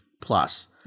Plus